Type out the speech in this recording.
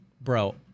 bro